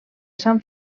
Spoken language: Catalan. sant